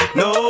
no